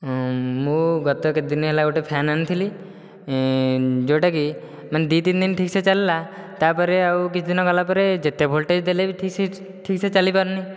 ମୁଁ ଗତ କେତେଦିନ ହେଲା ଗୋଟିଏ ଫ୍ୟାନ ଆଣିଥିଲି ଯେଉଁଟାକି ମାନେ ଦି ତିନି ଦିନ ଠିକ ସେ ଚାଲିଲା ତାପରେ ଆଉ କିଛି ଦିନ ଗଲାପରେ ଯେତେ ଭୋଲ୍ଟେଜ ଦେଲେ ବି ଠିକ ସେ ଠିକ ସେ ଚାଲିପାରୁନି